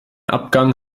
abgang